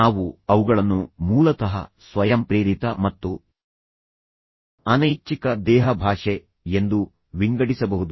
ನಾವು ಅವುಗಳನ್ನು ಮೂಲತಃ ಸ್ವಯಂಪ್ರೇರಿತ ಮತ್ತು ಅನೈಚ್ಛಿಕ ದೇಹಭಾಷೆ ಎಂದು ವಿಂಗಡಿಸಬಹುದು